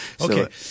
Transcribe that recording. Okay